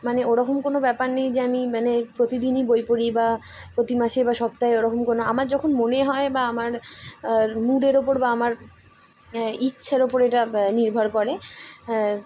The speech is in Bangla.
মানে ওরকম কোনো ব্যাপার নেই যে আমি মানে প্রতিদিনই বই পড়ি বা প্রতি মাসে বা সপ্তাহে ওরকম কোনো আমার যখন মনে হয় বা আমার মুডের ওপর বা আমার ইচ্ছের ওপর এটা নির্ভর করে